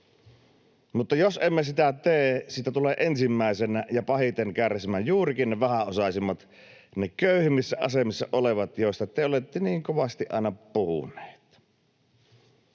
Mutta jos emme sitä tee, siitä tulevat ensimmäisenä ja pahiten kärsimään juurikin ne vähäosaisimmat, ne köyhimmissä asemissa olevat, joista te olette niin kovasti aina puhuneet.